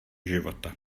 života